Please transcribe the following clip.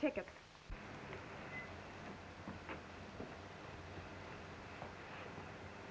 tickets